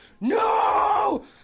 no